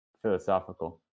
philosophical